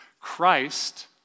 Christ